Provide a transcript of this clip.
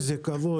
איזה כבוד,